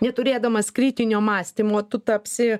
neturėdamas kritinio mąstymo tu tapsi